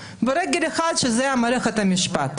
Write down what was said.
ורגל אחת שזאת מערכת המשפט.